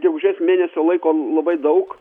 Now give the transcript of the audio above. gegužės mėnesio laiko labai daug